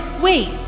Wait